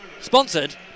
Sponsored